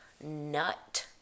nut